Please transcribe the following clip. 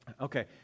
Okay